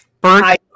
burnt